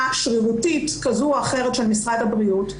שרירותית כזו או אחרת של משרד הבריאות,